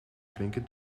flinke